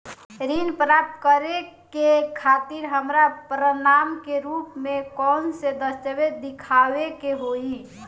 ऋण प्राप्त करे के खातिर हमरा प्रमाण के रूप में कउन से दस्तावेज़ दिखावे के होइ?